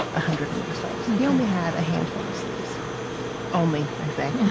hundred or more slaves. he only had a handful of slaves only, i say.